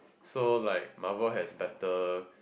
so like Marvel has better